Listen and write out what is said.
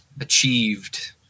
achieved